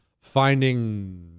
finding